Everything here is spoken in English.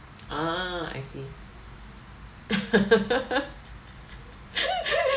ah I see